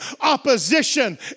opposition